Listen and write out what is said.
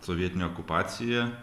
sovietinė okupacija